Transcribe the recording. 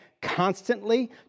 constantly